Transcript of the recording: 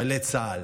חיילי צה"ל,